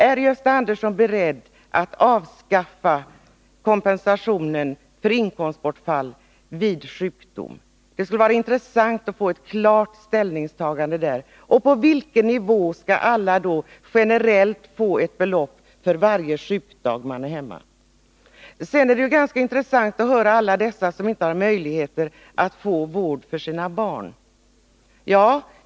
Är Gösta Andersson beredd att avskaffa kompensationen för inkomstbortfall vid sjukdom? Det skulle vara intressant att få ett klart besked om hans ställningstagande på den punkten. Och på vilken nivå skall ett generellt belopp ligga som alla får för varje sjukdag? Det är intressant att höra om alla dem som inte har möjligheter att få vård för sina barn.